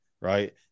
Right